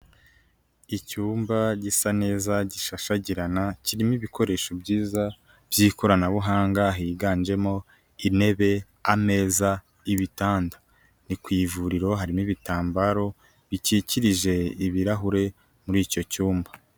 Icyumba gisa neza gishashagirana, kirimo ibikoresho byiza by'ikoranabuhanga, higanjemo intebe, ameza, ibitanda. Ni ku ivuriro harimo ibitambaro bikikirije ibirahure muri icyo cyumba.